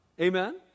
Amen